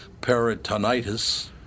peritonitis